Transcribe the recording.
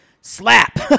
slap